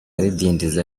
bidindiza